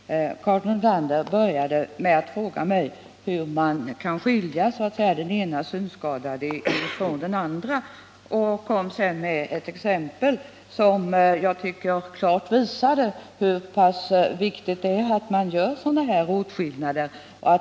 Herr talman! Karin Nordlander började med att fråga mig hur man kan skilja den ena synskadade från den andra och tog sedan ett exempel som jag tycker klart visade hur viktigt det är att man gör sådan åtskillnad.